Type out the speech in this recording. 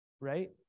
Right